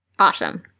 Awesome